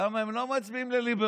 למה הם לא מצביעים לליברמן.